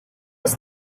was